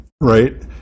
right